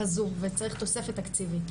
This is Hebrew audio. שחזו וצריך תוספת תקציבית.